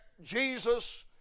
Jesus